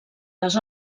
les